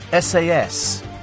SAS